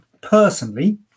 personally